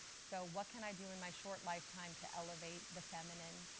so what can i do in my short lifetime to elevate the feminine?